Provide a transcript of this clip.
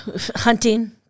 hunting